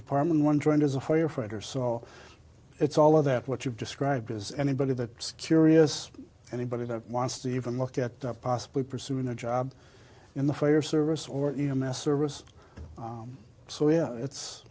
department one joined as a firefighter so it's all of that what you've described is anybody that curious anybody that wants to even look at possibly pursuing a job in the fire service or even a service so yeah it's